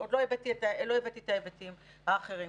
עוד לא הבאתי את ההיבטים האחרים.